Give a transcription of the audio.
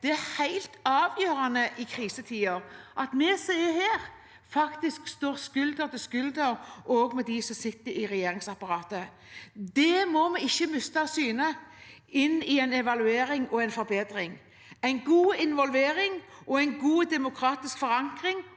Det er helt avgjørende i krisetider at vi som er her, faktisk står skulder ved skulder også med dem som sitter i regjeringsapparatet. Det må vi ikke miste av syne inn i en evaluering og en forbedring. En god involvering og en god demokratisk forankring